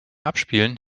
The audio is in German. abspielen